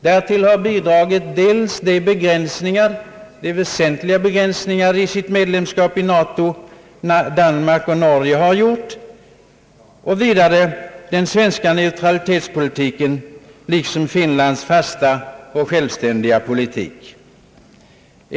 Härtill har bidragit dels de väsentliga begränsningar i sitt medlemskap i NATO som Danmark och Norge har gjort, dels den svenska neutralitetspolitiken liksom Finlands fasta och självständiga politik.